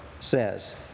says